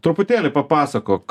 truputėlį papasakok